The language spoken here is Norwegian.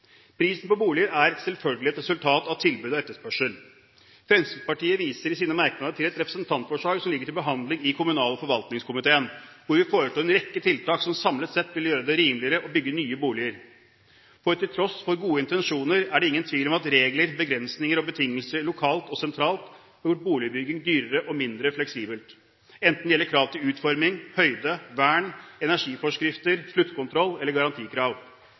Prisen på boliger er selvfølgelig et resultat av tilbud og etterspørsel. Fremskrittspartiet viser i sine merknader til et representantforslag som ligger til behandling i kommunal- og forvaltningskomiteen, hvor vi foreslår en rekke tiltak som samlet sett vil gjøre det rimeligere å bygge nye boliger. Til tross for gode intensjoner er det ingen tvil om at regler, begrensninger og betingelser lokalt og sentralt har gjort boligbygging dyrere og mindre fleksibelt, enten det gjelder krav til utforming, høyde, vern, energiforskrifter, sluttkontroll eller garantikrav.